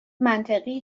منطقی